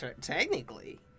technically